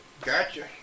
Gotcha